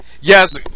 Yes